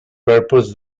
purpose